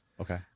Okay